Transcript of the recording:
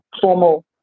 formal